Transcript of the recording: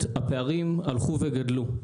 הפערים הלכו וגדלו.